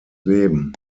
leben